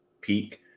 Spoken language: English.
peak